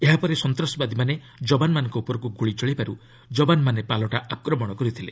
ଏହାପରେ ସନ୍ତାସବାଦୀମାନେ ଜୱାନମାନଙ୍କ ଉପରକୁ ଗୁଳି ଚଳାଇବାରୁ ଜୱାନମାନେ ପାଲଟା ଆକ୍ରମଣ କରିଥିଲେ